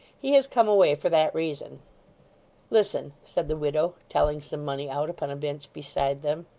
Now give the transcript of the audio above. he has come away for that reason listen, said the widow, telling some money out, upon a bench beside them.